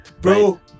Bro